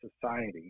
society